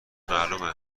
معلومه